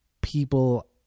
people